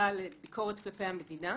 זהה לביקורת כלפי המדינה?